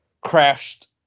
crashed